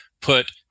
put